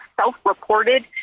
self-reported